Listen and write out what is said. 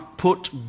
Put